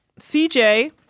CJ